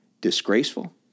Disgraceful